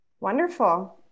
Wonderful